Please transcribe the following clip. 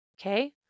Okay